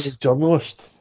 journalist